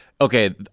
Okay